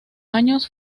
años